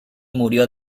murió